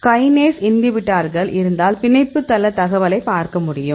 kinase இன்ஹிபிட்டார்கள் இருந்தால் பிணைப்பு தளத் தகவலைப் பார்க்க முடியும்